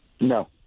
No